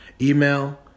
email